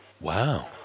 Wow